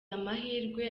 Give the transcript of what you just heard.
amahirwe